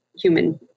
human